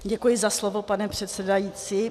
Děkuji za slovo, pane předsedající.